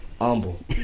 Humble